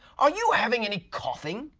are you having any coughing,